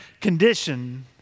condition